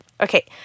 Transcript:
Okay